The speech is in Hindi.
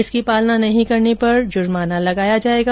इसकी पालना नहीं करने पर जुर्माना लगाया जाएगा